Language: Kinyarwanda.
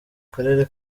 karere